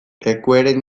lekueren